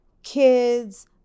kids